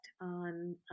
on